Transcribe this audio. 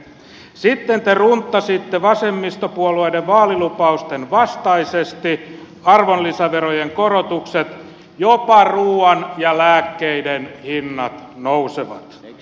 sitten te runttasitte vasemmistopuolueiden vaalilupausten vastaisesti arvonlisäverojen korotukset jopa ruuan ja lääkkeiden hinnat nousevat